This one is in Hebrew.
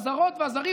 הזרות והזרים,